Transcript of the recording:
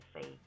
say